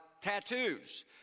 tattoos